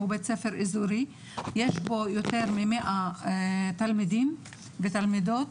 הוא בית ספר אזורי ויש בו יותר מ-100 תלמידים ותלמידות,